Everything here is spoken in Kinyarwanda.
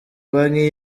banki